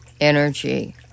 energy